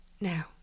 Now